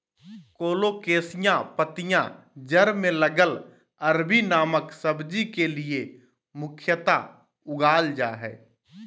colocasia पत्तियां जड़ में लगल अरबी नामक सब्जी के लिए मुख्यतः उगाल जा हइ